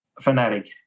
fanatic